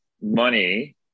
money